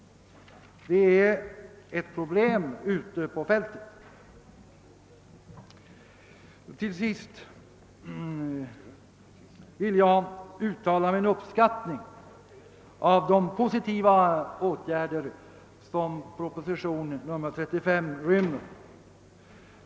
Detta är ett stort problem ute på fältet. Till sist vill jag uttala min uppskattning av de positiva åtgärder som propositionen 35 rymmer.